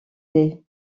des